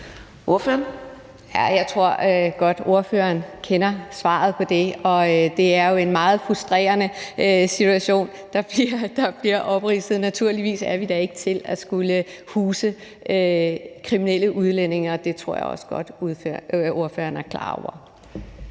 Jeg tror godt, ordføreren kender svaret på det, og det er jo en meget frustrerende situation, der bliver opridset. Naturligvis er vi da ikke til at skulle huse kriminelle udlændinge, og det tror jeg også godt ordføreren er klar over.